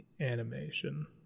animation